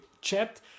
chat